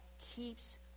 keeps